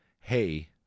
Hey